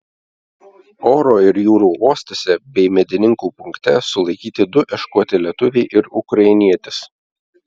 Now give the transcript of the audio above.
oro ir jūrų uostuose bei medininkų punkte sulaikyti du ieškoti lietuviai ir ukrainietis